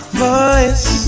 voice